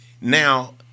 Now